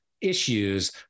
issues